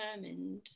determined